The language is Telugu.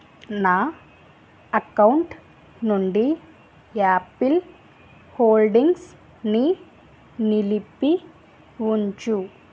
నా అకౌంటు నుండి యాపిల్ హోల్డింగ్స్ ని నిలిపి ఉంచు